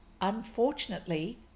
unfortunately